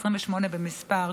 28 במספר,